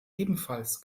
ebenfalls